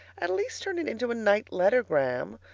at least turn it into a night lettergram.